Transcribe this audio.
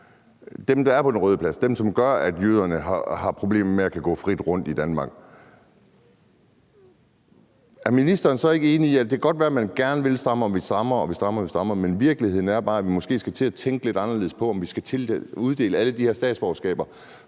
dem, der er på Den Røde Plads; dem, som gør, at jøderne har problemer med at kunne gå frit rundt i Danmark. Er ministeren så ikke enig i, at det godt kan være, at man gerne vil stramme, og vi strammer, og vi strammer, men virkeligheden er bare, at vi måske skal til at tænke lidt anderledes på, om vi skal uddele alle de her statsborgerskaber?